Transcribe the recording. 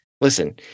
listen